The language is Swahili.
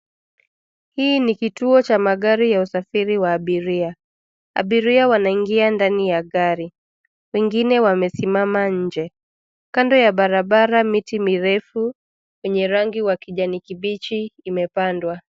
Hii ni kituo cha magari ya usafiri wa abiria. Abiria wanaingia ndani ya gari. Wengine wamesimama nje. Kando ya barabara miti mirefu, yenye rangi wa kijani kibichi imepandwa.